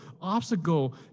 obstacle